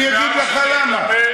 אני אגיד לך למה,